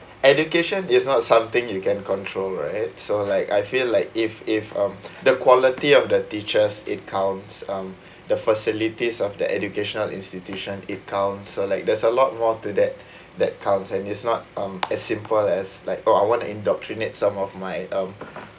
education is not something you can control right so like I feel like if if um the quality of the teachers it counts um the facilities of the educational institution it counts so like there's a lot more to that that counts and it's not um as simple as like oh I want to indoctrinate some of my um